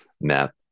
map